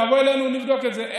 תבוא אלינו, נבדוק את זה.